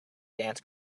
dance